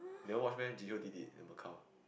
never watch meh Jihyo did it in Macau